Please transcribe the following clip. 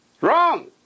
wrong